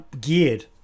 geared